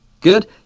good